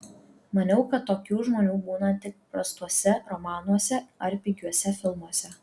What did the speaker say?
maniau kad tokių žmonių būna tik prastuose romanuose ar pigiuose filmuose